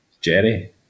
Jerry